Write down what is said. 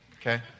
okay